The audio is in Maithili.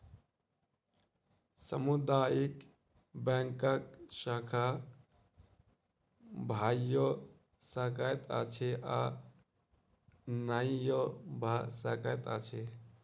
सामुदायिक बैंकक शाखा भइयो सकैत अछि आ नहियो भ सकैत अछि